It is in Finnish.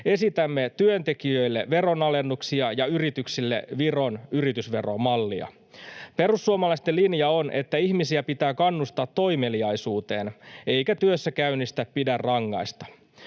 Esitämme työntekijöille veronalennuksia ja yrityksille Viron yritysveromallia. Perussuomalaisten linja on, että ihmisiä pitää kannustaa toimeliaisuuteen eikä työssäkäynnistä pidä rangaista.